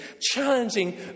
challenging